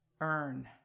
Earn